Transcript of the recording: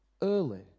Early